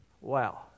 wow